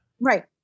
Right